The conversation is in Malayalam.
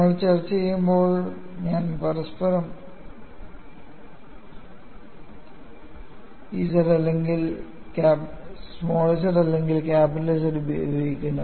നമ്മൾ ചർച്ചചെയ്യുമ്പോൾ ഞാൻ പരസ്പരം z അല്ലെങ്കിൽ Z ഉപയോഗിക്കുന്നു